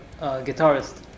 guitarist